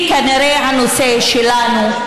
כי כנראה הנושא שלנו,